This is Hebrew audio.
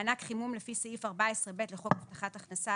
מענק חימום לפי סעיף 14ב לחוק הבטחת הכנסה,